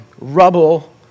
rubble